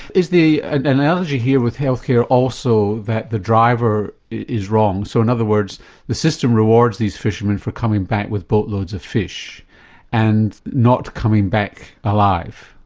is the analogy here with health care also that the driver is wrong, so in other words the system rewards these fishermen for coming back with boatloads of fish and not coming back alive.